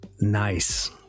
nice